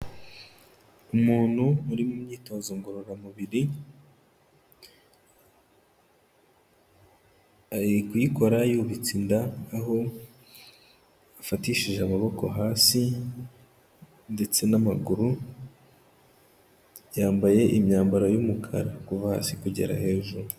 Umuntu uri mu myitozo ngororamubiri, ari kuyikora yubitse inda, aho afatishije amaboko hasi ndetse n'amaguru, yambaye imyambaro y'umukara kuva hasi kugera hejuru.